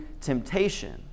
temptation